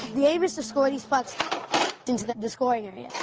the aim is to score these pucks into the the scoring area.